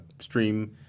stream